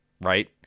right